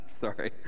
sorry